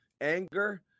anger